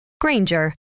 Granger